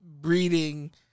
breeding